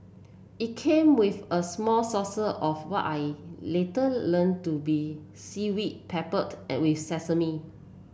it came with a small saucer of what I later learnt to be seaweed peppered with sesame